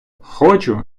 хочу